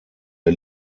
der